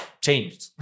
changed